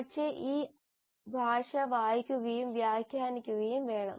പക്ഷേ ആ ഭാഷ വായിക്കുകയും വ്യാഖ്യാനിക്കുകയും വേണം